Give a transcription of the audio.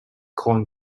corn